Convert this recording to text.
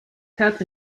cup